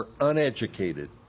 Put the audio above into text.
uneducated